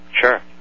Sure